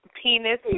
Penis